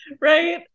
right